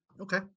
Okay